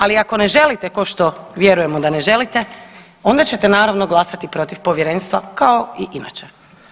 Ali ako ne želite ko što vjerujemo da ne želite onda ćete naravno glasati protiv povjerenstva kao i inače.